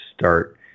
start